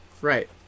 Right